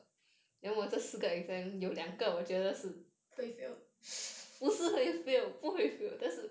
会 fail